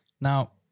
Now